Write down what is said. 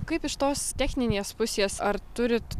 kaip iš tos techninės pusės ar turit